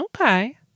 Okay